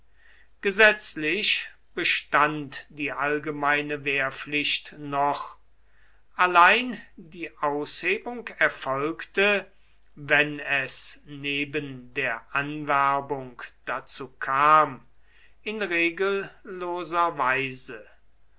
gesetzlich bestand die allgemeine wehrpflicht noch allein die aushebung erfolgte wenn es neben der anwerbung dazu kam in regelloser weise